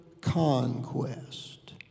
conquest